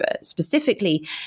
specifically